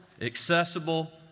accessible